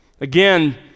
Again